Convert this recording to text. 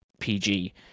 PG